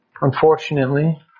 unfortunately